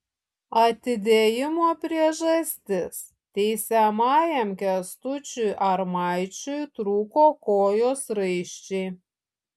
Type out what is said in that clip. atidėjimo priežastis teisiamajam kęstučiui armaičiui trūko kojos raiščiai